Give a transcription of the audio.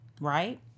Right